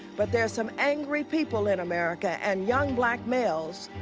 but there are some angry people in america, and young black males,